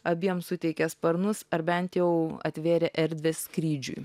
abiem suteikė sparnus ar bent jau atvėrė erdvę skrydžiui